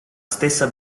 stessa